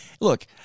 look